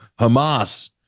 Hamas